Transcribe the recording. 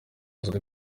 bibazo